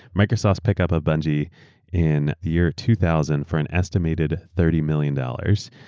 microsoft picked up ah bungie in the year two thousand for an estimated thirty million dollars.